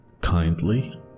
kindly